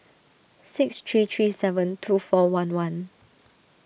six three three seven two four one one